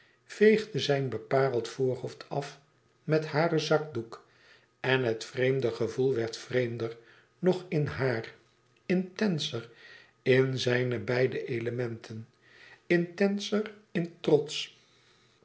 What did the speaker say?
veegde zijn bepareld voorhoofd af met haren zakdoek en het vreemde gevoel werd vreemder nog in haar intenser in zijne beide elementen intenser in trots